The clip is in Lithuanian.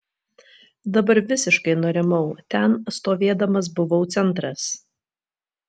dabar visiškai nurimau ten stovėdamas buvau centras